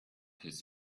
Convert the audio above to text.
his